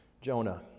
Jonah